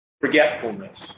forgetfulness